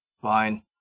Fine